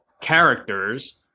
characters